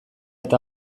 eta